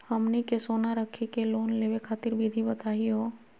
हमनी के सोना रखी के लोन लेवे खातीर विधि बताही हो?